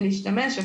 ולהשתמש.